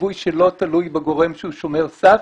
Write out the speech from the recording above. ליווי שלא תלוי בגורם שהוא שומר סף